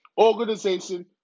organization